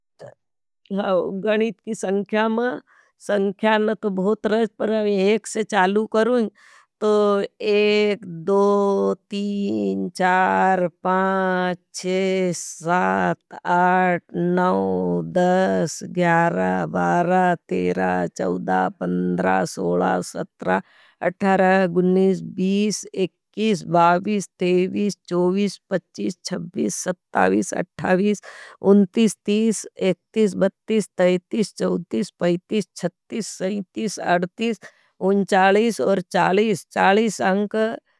गणित की संख्या में, संख्यान तो बहुत रहे हैं, पर अभी एक से चालू करूँ तो। एक, दो, तीन, चार, पांच, शेष, साथ, अट, नौँ, दस, ग्यार, बार, तेरा, चवदा, पंद्रा, सोला, सत्रा, अठार, गुनिज, बीज, एकीज, बावीज, तेवीज, चोवीज, पच्चीज, चब्बीज, सत्तावीज, अठावीज, उन्तिस, तीस, एक्तिस, तैतीस, चौतीस, पैतीस, छत्तीस, सैतीस, अड़तीस, उनतालीस और चालिस, चालिस अंक।